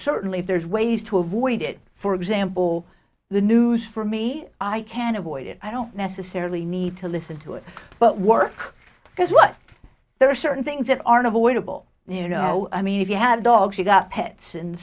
certainly if there's ways to avoid it for example the news for me i can't avoid it i don't necessarily need to listen to it but work because what there are certain things that aren't avoidable you know i mean if you have dogs you've got pets and